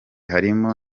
harimo